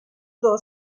dos